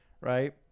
right